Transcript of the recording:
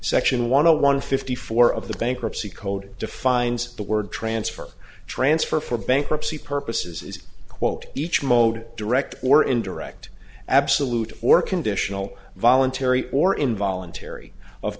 section one o one fifty four of the bankruptcy code defines the word transfer transfer for bankruptcy purposes is quote each mode direct or indirect absolute or conditional voluntary or involuntary of